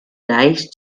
leicht